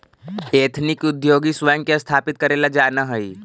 ethnic उद्योगी स्वयं के स्थापित करेला जानऽ हई